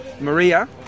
Maria